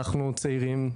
אנחנו צעירים,